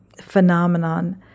phenomenon